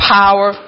power